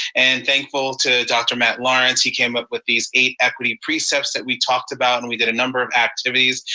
and thankful to dr. matt lawrence, he came up with these eight equity precepts that we talked about and we did a number of activities,